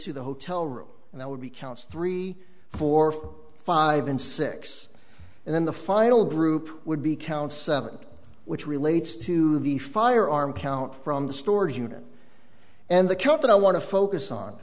to the hotel room and that would be counts three four five and six and then the final group would be count seven which relates to the firearm count from the storage unit and the killed that i want to focus on